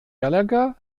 gallagher